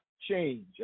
change